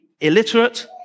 illiterate